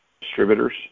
distributors